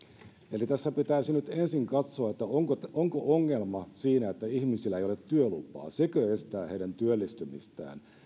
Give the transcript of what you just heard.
eli tässä pitäisi nyt ensin katsoa onko onko ongelma siinä että ihmisillä ei ole työlupaa sekö estää heidän työllistymistään